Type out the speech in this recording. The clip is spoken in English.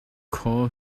coal